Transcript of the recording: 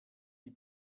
die